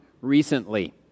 recently